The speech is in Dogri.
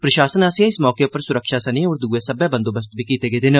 प्रशासन आसेआ इस मौके उप्पर सुरक्षा सने होर दुए सब्बै बंदोबस्त कीते गेदे न